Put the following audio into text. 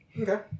Okay